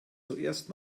zuerst